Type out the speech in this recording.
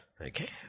Okay